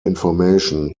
information